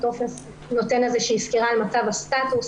הטופס נותן סקירה על מצב הסטטוס,